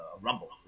rumble